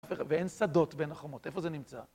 ואין שדות בין החומות, איפה זה נמצא?